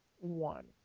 one